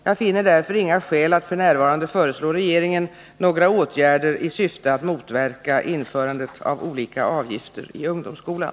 Jag finner därför inga skäl att f. n. föreslå regeringen några åtgärder i syfte att motverka införandet av olika avgifter i ungdomsskolan.